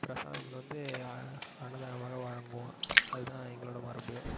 பிரசாதங்கள் வந்து அன்னதானமாக வழங்குவோம் அதுதான் எங்களோட மரபு